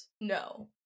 No